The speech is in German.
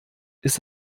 ist